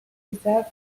deserved